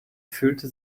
fühlte